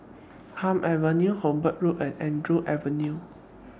Hume Avenue Hobart Road and Andrew Avenue